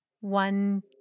one